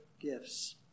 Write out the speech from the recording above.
gifts